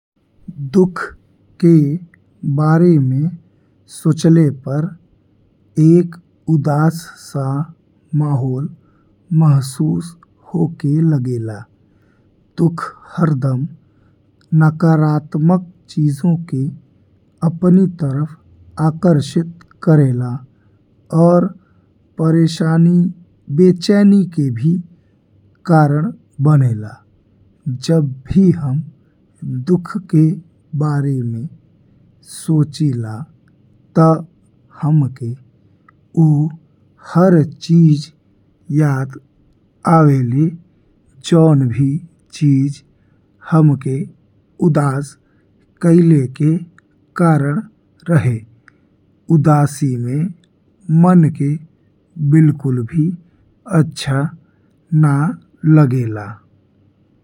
दुख के बारे में सोचले पर एक उदास सा माहौल महसूस होके लगे ला। दुख हरदम नकारात्मक चीजन के अपनी तरफ आकर्षित करेला और परेशानी, बेचैनी का भी कारण बने ला। जब भी हम दुख के बारे में सोचिला ता हमके ऊ हर चीज याद आवेले। जौन भी चीज हमके उदास कइले के कारण रहे उदासी में मन के बिलकुल भी अच्छा न लागेला।